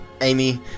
Amy